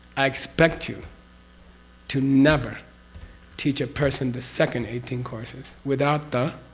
i expect you to never teach a person the second eighteen courses without the.